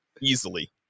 easily